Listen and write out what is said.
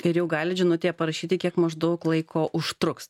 ir jau gali žinutėje parašyti kiek maždaug laiko užtruks